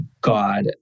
God